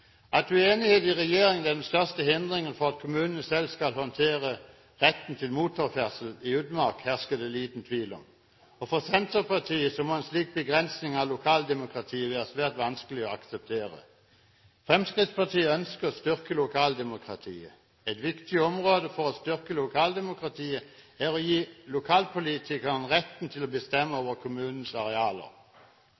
At uenighet i regjeringen er den største hindringen for at kommunene selv skal håndtere retten til motorferdsel i utmark, hersker det liten tvil om. For Senterpartiet må en slik begrensning av lokaldemokratiet være svært vanskelig å akseptere. Fremskrittspartiet ønsker å styrke lokaldemokratiet. Et viktig område for å styrke lokaldemokratiet er å gi lokalpolitikerne retten til å bestemme